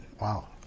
Wow